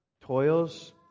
toils